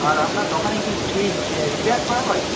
আর আপনার দোকানে কি ফ্রিজ রিপেয়ার করা হয়